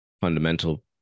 fundamental